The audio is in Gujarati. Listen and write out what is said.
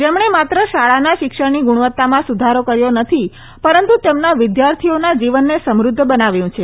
જેમણે માત્ર શાળાના શિક્ષણની ગુણવત્તામાં સુધારો કર્યો નથી પરંતુ તેમના વિદ્યાર્થીઓના જીવનને સમૃધ્ધ બનાવ્યું છે